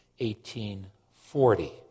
1840